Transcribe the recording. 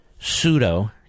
Pseudo